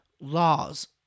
laws